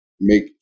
make